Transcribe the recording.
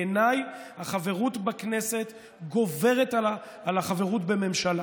בעיניי, החברות בכנסת גוברת על החברות בממשלה,